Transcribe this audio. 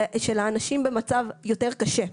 של האנשים במצב יותר קשה,